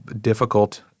difficult